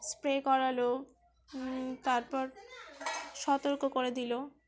spray করালো তারপর সতর্ক করে দিল